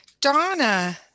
Donna